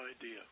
idea